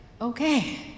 okay